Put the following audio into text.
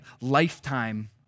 lifetime